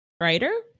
writer